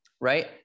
right